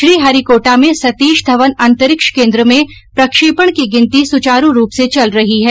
श्रीहरिकोटा में सतीश धवन अंतरिक्ष केन्द्र में प्रक्षेपण की गिनती सुचारू रूप से चल रही है